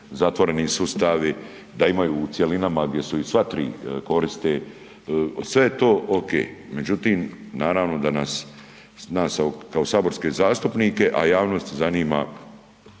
zatvoreni sustavi da imaju u cjelinama da sva tri korite, sve je to ok. Međutim naravno da nas kao saborske zastupnike, a i javnost zanima